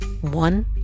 One